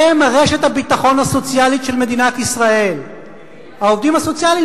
תחום מסוים של העובדים הסוציאליים,